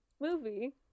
movie